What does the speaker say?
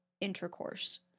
intercourse